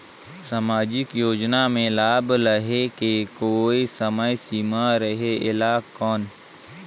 समाजिक योजना मे लाभ लहे के कोई समय सीमा रहे एला कौन?